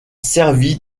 servi